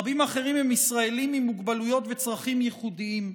רבים אחרים הם ישראלים עם מוגבלויות וצרכים ייחודיים.